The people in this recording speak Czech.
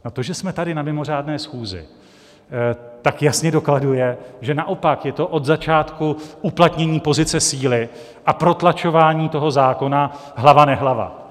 A to, že jsme tady na mimořádné schůzi, tak jasně dokladuje, že naopak je to od začátku uplatnění pozice síly a protlačování toho zákona hlava nehlava.